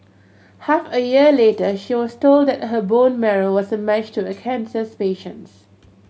half a year later she was told that her bone marrow was a match to a cancers patient's